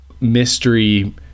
mystery